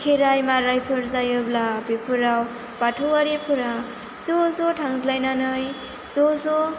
खेराइ माराइफोर जायोब्ला बेफोराव बाथौआरिफोरा ज' ज' थांज्लायनानै ज' ज'